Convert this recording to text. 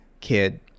kid